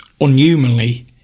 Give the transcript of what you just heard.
unhumanly